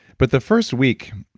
but the first week,